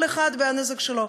כל אחד והנזק שלו,